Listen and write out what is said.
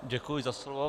Děkuji za slovo.